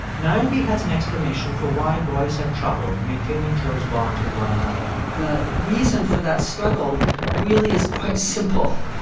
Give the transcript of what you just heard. niobe has an explanation for why boys have trouble maintaining close bonds with one another the reason for that struggle really is quite simple,